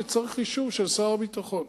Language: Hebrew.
שצריך אישור של שר הביטחון.